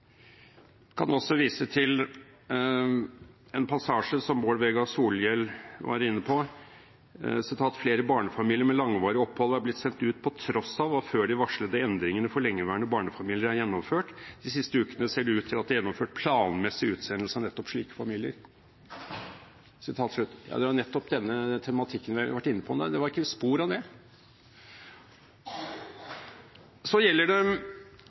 kan også vise til en passasje som Bård Vegar Solhjell var inne på: «Flere barnefamilier med langvarig opphold har blitt sendt ut på tross av og før de varslede endringene for lengeværende barnefamilier er gjennomført. De siste ukene ser det ut til at det er gjennomført planmessig utsendelse av nettopp slike familier.» Ja, det er jo nettopp denne tematikken vi har vært inne på: Nei, det var ikke spor av det. Så gjelder det